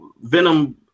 Venom